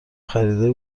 خریده